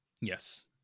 Yes